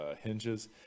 hinges